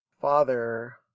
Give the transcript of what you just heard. Father